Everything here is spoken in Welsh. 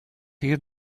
hir